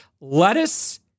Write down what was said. Lettuce